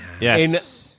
yes